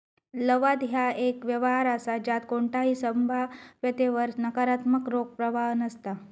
लवाद ह्या एक व्यवहार असा ज्यात कोणताही संभाव्यतेवर नकारात्मक रोख प्रवाह नसता